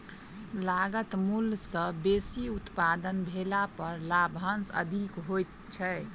लागत मूल्य सॅ बेसी उत्पादन भेला पर लाभांश अधिक होइत छै